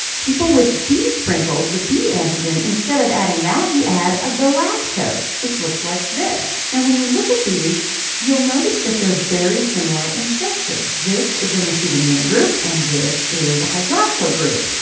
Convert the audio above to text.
people with b sprinkles, the b antigen, instead of adding that, you add a galactose, which looks like this. now when you look at these you'll notice that they're very similar in structure. this is an acetomidogroup and this is a hydroxyl group.